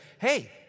hey